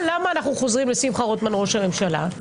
למה אנחנו חוזרים לשמחה רוטמן ראש הממשלה?